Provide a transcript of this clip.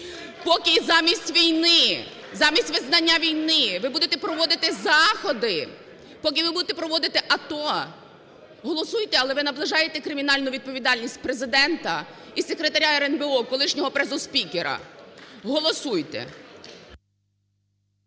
поки замість війни, замість визнання війни ви будете проводити заходи, поки ви будете проводити АТО, голосуйте, але ви наближаєте кримінальну відповідальність Президента і секретаря РНБО, колишньогопрезоспікера, голосуйте.